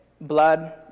blood